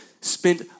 spent